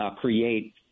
create